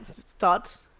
Thoughts